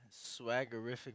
Swaggerific